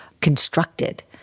constructed